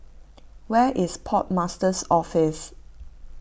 where is Port Master's Office